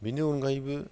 बेनि अनगायैबो